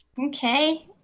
Okay